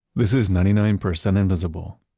this is ninety nine percent invisible.